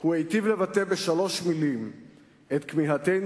הוא היטיב לבטא בשלוש מלים את כמיהתנו